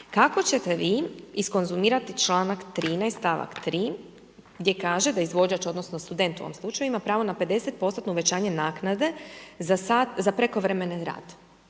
Kako ćete vi iskonzumirati članak 13. stavak 3. gdje kaže da izvođač odnosno student u ovom slučaju ima pravo na 50%-tno uvećanje naknade za sat za prekovremeni rad?